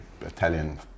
Italian